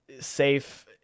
Safe